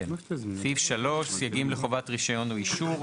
סעיף 3 סייגים לחובת רישיון ואישור.